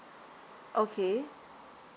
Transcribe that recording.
okay